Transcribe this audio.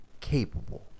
Capable